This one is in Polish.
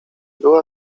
była